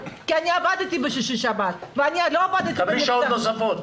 כי אני עבדתי בשישי-שבת --- תקבלי שעות נוספות.